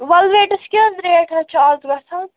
ویلویٹَس کیٛاہ حظ ریٹ حظ چھِ اَز گژھان